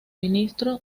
ministro